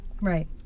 Right